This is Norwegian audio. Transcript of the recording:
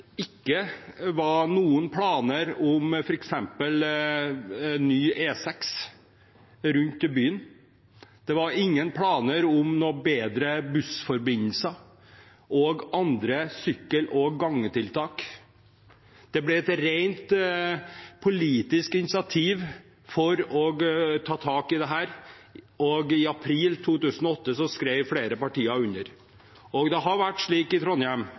ikke var noen planer om f.eks. ny E6 rundt byen. Det var ingen planer om noen bedre bussforbindelser og andre sykkel- og gangtiltak. Det ble et rent politisk initiativ for å ta tak i dette, og i april 2008 skrev flere partier under. Det har vært slik i Trondheim,